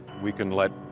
we can let